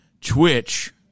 Twitch